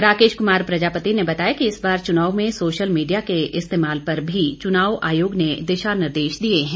राकेश कुमार प्रजापति ने बताया कि इस बार चुनाव में सोशल मीडिया के इस्तेमाल पर भी चुनाव आयोग ने दिशानिर्देश दिए है